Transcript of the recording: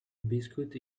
biscuits